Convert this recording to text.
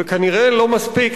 וכנראה לא מספיק,